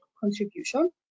contribution